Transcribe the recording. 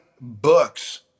books